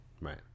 Right